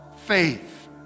faith